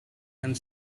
and